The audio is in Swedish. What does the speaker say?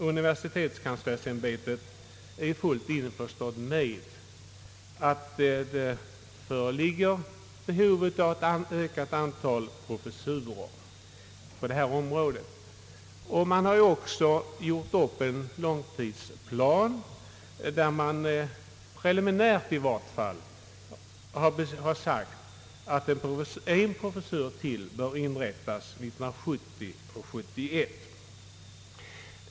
Universitetskanslersämbetet är ju fullt införstått med att det föreligger behov av ett ökat antal professurer på detta område. Man har ju också gjort upp en långtidsplan, i vilken man i varje fall preliminärt har sagt att ytterligare en professur bör inrättas 1970/ 71.